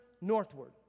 northward